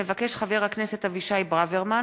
מבקש חבר הכנסת אבישי ברוורמן